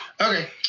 Okay